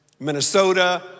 Minnesota